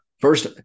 First